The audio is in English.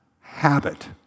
habit